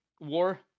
war